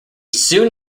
soon